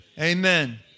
amen